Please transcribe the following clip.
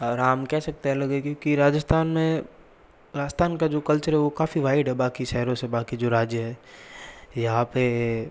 आराम कह सकते है की अलग है क्योंकि राजस्थान में राजस्थान का जो कल्चर है वो काफ़ी वाइड है बाकी शहरों से बाकी जो राज्य है यहाँ पर